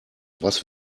was